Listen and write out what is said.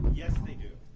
yesterday know